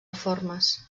reformes